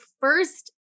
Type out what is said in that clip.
first